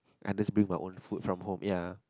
ui just bring my own food from home ya